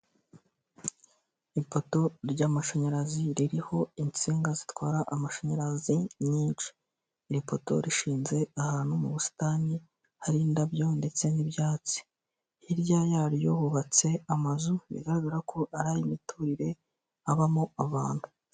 Ipoto ry'amashanyarazi ririho insinga zitwara amashanyarazi nyinshi, iri poto ishinze ahantu mu busitani hari indabyo ndetse n'ibyatsi, hirya yaryo hubatse amazu bigaragara ko ari ay'imiturire abamo abantu.